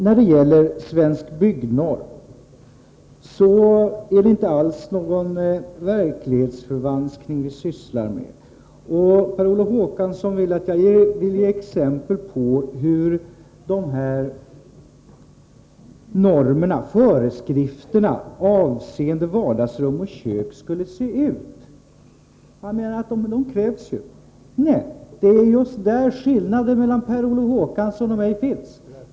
När det gäller Svensk Byggnorm är det inte alls någon verklighetsförvansk ning som vi sysslar med. Per Olof Håkansson vill att jag skall ge exempel på hur föreskrifterna avseende vardagsrum och kök skall se ut. Han menar att dessa föreskrifter är nödvändiga. Nej, det är just där skillnaden mellan Per Olof Håkansson och mig går.